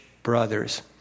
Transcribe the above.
Brothers